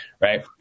right